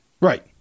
Right